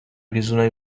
ریزونای